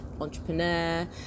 entrepreneur